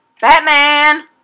Batman